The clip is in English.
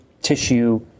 tissue